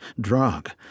drug